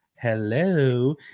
Hello